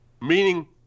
Meaning